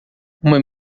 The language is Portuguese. uma